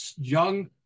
Young